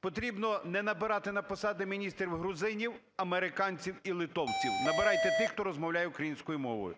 Потрібно не набирати на посади міністрів грузинів, американців і литовців. Набирайте тих, хто розмовляє українською мовою.